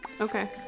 Okay